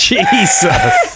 Jesus